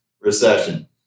recession